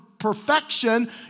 perfection